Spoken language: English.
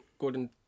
Gordon